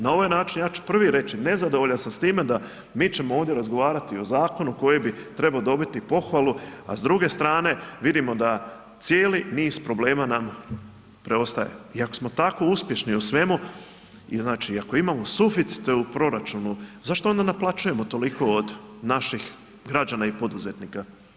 Na ovaj način, ja ću prvi reći, nezadovoljan sa s time da mi ćemo ovdje razgovarati o zakonu koji bi trebalo dobiti pohvalu a s druge strane vidimo da cijeli niz problema nam preostaje i ako smo tako uspješni u svemu i znači ako imamo suficite u proračunu, zašto onda naplaćujemo toliko od naših građana i poduzetnika?